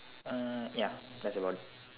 uh ya that's about it